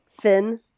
Finn